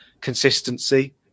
consistency